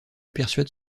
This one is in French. persuade